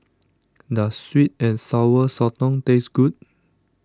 does Sweet and Sour Sotong taste good